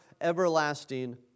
everlasting